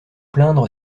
plaindre